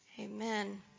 amen